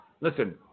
Listen